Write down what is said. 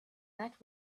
that